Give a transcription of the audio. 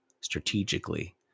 strategically